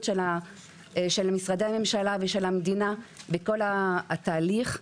משרדי הממשלה ושל המדינה בכל התהליך.